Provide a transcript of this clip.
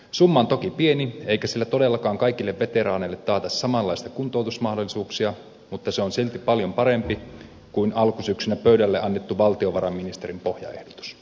summa on toki pieni eikä sillä todellakaan kaikille veteraaneille taata samanlaisia kuntoutusmahdollisuuksia mutta se on silti paljon parempi kuin alkusyksynä pöydälle annettu valtiovarainministerin pohjaehdotus